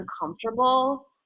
uncomfortable